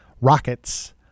Rockets